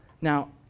Now